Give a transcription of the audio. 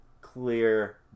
clear